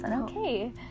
okay